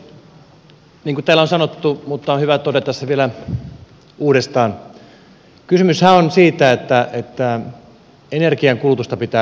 niin kuin täällä on sanottu mutta on hyvä todeta se vielä uudestaan kysymyshän on siitä että energiankulutusta pitää vähentää